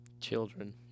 Children